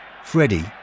Freddie